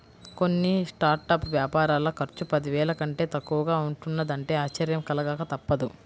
కొన్ని స్టార్టప్ వ్యాపారాల ఖర్చు పదివేల కంటే తక్కువగా ఉంటున్నదంటే ఆశ్చర్యం కలగక తప్పదు